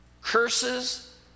Curses